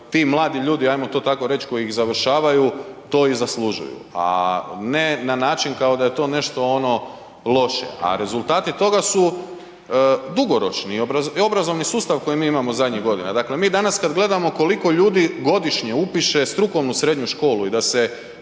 ti mladi ljudi, hajmo to tako reći koji ih završavaju, to i zaslužuju, a ne način kao da je to nešto ono loše, a rezultati toga su dugoročni, obrazovni sustav koji mi imamo zadnjih godina, dakle mi danas kad gledamo koliko ljudi godišnje upiše strukovnu srednju školu i da se